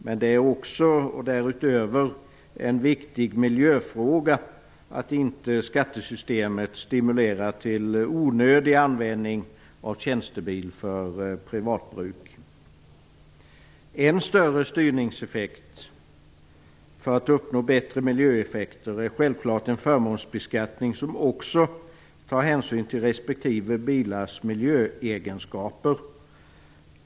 Men det är därutöver en viktig miljöfråga att inte skattesystemet stimulerar till onödig användning av tjänstebil för privatbruk. Än större styrningseffekt för att uppnå bättre miljöeffekter ger en förmånsbeskattning som också tar hänsyn till respektive bilars miljöegenskaper.